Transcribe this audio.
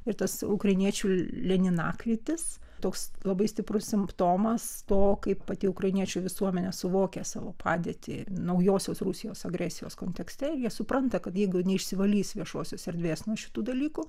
ir tas ukrainiečių leninakrytis toks labai stiprus simptomas to kaip pati ukrainiečių visuomenė suvokia savo padėtį naujosios rusijos agresijos kontekste jie supranta kad jeigu neišsivalys viešosios erdvės nuo šitų dalykų